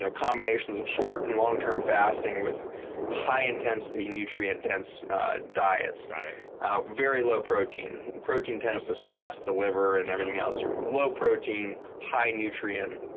so combinations of short and long-term fasting with high-intensity, nutrient dense diets. kind of very low protein. protein tends to stress the liver and everything else. low protein, high nutrient.